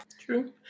True